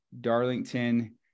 Darlington